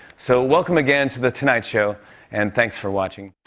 so welcome again to the tonight show and thanks for watching.